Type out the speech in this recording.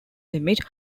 limit